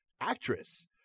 actress